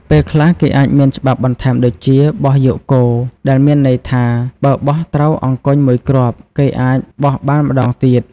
ពេលខ្លះ គេអាចមានច្បាប់បន្ថែមដូចជា បោះយកគោ ដែលមានន័យថា បើបោះត្រូវអង្គញ់មួយគ្រាប់ គេអាចបោះបានម្ដងទៀត ។